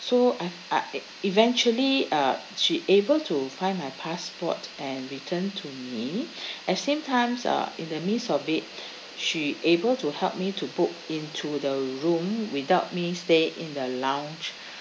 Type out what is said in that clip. so I've I eventually uh she able to find my passport and returned to me as same time uh in the midst of it she able to help me to book into the room without me stay in the lounge